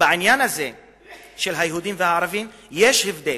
בעניין הזה של היהודים והערבים יש הבדל.